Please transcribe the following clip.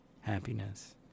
happiness